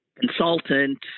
consultant